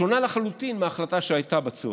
שונה לחלוטין מההחלטה שהייתה בצוהריים: